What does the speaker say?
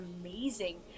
amazing